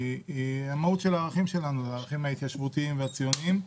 זה המהות של הערכים שלנו הערכים ההתיישבותיים והציוניים.